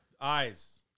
Eyes